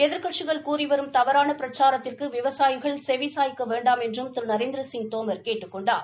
எதிர்க்கட்சிகள் கூறிவரும் தவறான பிரச்சாரத்திற்கு விவசாயிகள் செவி சாய்க்க வேண்டாம் என்றும் திரு நரேந்திரசிங் தோமர் கேட்டுக் கொண்டார்